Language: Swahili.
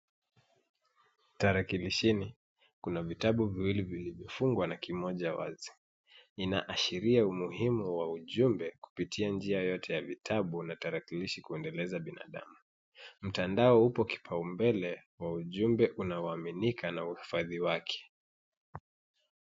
Tarakilishini, kuna vitabu viwilivyo fungwa na kimoja wazi, inaashiria umuhimu wa ujumbe kupitia njia yote ya vitabu na tarakilishi kuendelesha binadamu. Mtandao upo kipau mbele kwa ujumbe unaoaminika na uhifadhi wake.